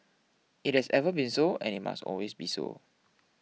it has ever been so and it must always be so